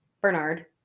Bernard